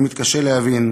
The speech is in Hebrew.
אני מתקשה להבין